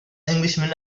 englishman